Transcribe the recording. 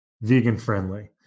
vegan-friendly